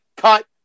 Cut